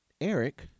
Eric